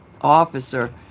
officer